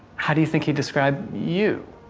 how do you think he'd describe you?